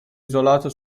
isolato